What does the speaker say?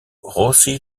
rossi